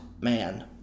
man